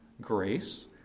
grace